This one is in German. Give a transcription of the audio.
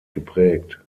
geprägt